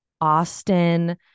Austin